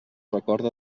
recorda